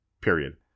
period